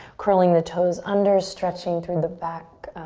curling the toes under, stretching through the back,